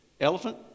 elephant